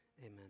amen